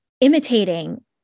imitating